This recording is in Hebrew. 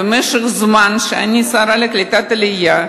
בזמן שאני שרה לקליטת עלייה,